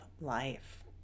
life